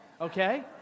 okay